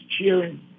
cheering